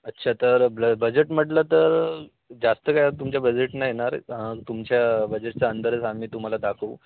अच्छा तर ब्ल बजेट म्हटलं तर जास्त काय तुमच्या बजेट नाही येणार तुमच्या बजेटच्या अंदरच आम्ही तुम्हाला दाखवू